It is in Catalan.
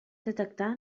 detectar